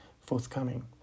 forthcoming